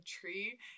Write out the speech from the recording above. tree